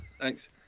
Thanks